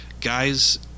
guys